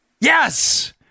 Yes